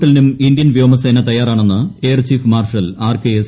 ഏത് ഏറ്റുമുട്ടലിനും ഇന്ത്യൻ വ്യോമസേന തയ്യാറാണെന്ന് ന് air chief marshal R K S